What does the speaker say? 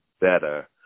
better